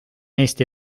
eesti